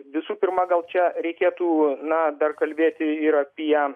visų pirma gal čia reikėtų na dar kalbėti ir apie